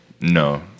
No